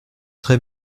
très